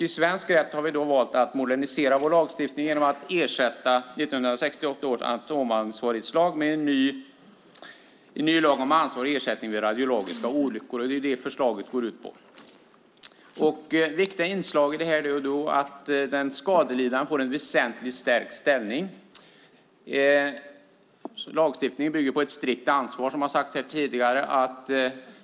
I svensk rätt har vi valt att modernisera vår lagstiftning genom att ersätta 1968 års atomansvarighetslag med en ny lag om ansvar och ersättning vid radiologiska olyckor, och det är det som förslaget går ut på. Viktiga inslag är att den skadelidande får en väsentligt stärkt ställning. Lagstiftningen bygger på ett strikt ansvar, som har sagts här tidigare.